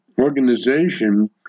organization